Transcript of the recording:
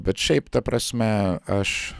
bet šiaip ta prasme aš